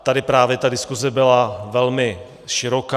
Tady právě ta diskuse byla velmi široká.